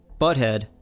Butthead